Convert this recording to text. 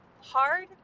hard